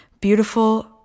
beautiful